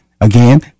Again